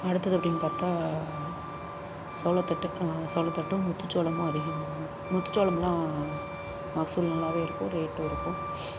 அடுத்தது அப்படின்னு பார்த்தா சோளத்தட்டு சோளத்தட்டும் முத்துச்சோளமும் அதிகம் நடுவாங்க முத்துச்சோளமெலாம் மகசூல் நல்லாவே இருக்கும் ரேட்டும் இருக்கும்